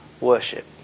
worship